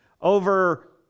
over